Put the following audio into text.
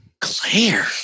Claire